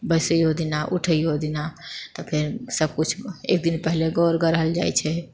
बैसैओ दिना उठैओ दिना तऽ फेर सभ किछु एक दिन पहले गौर गढ़ल जाइत छै